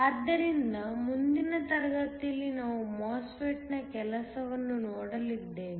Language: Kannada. ಆದ್ದರಿಂದ ಮುಂದಿನ ತರಗತಿಯಲ್ಲಿ ನಾವು MOSFET ನ ಕೆಲಸವನ್ನು ನೋಡಲಿದ್ದೇವೆ